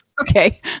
Okay